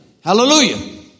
Hallelujah